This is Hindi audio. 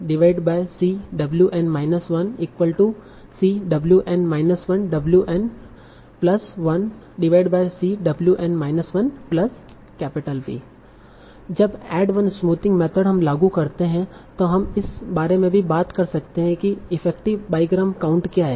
जब ऐड वन स्मूथिंग मेथड हम लागू करते हैं तों हम इस बारे में भी बात कर सकते हैं कि इफेक्टिव बाईग्राम काउंट क्या है